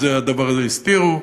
את הדבר הזה הסתירו.